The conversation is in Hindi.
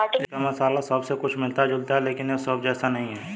इसका मसाला सौंफ से कुछ मिलता जुलता है लेकिन यह सौंफ जैसा नहीं है